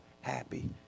happy